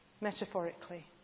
Metaphorically